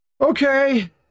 Okay